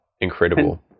Incredible